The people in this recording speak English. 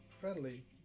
friendly